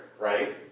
right